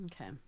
Okay